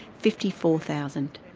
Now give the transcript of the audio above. fifty four thousand.